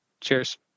cheers